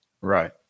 Right